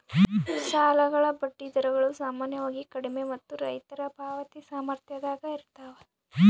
ಸಾಲಗಳ ಬಡ್ಡಿ ದರಗಳು ಸಾಮಾನ್ಯವಾಗಿ ಕಡಿಮೆ ಮತ್ತು ರೈತರ ಪಾವತಿ ಸಾಮರ್ಥ್ಯದಾಗ ಇರ್ತವ